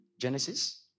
Genesis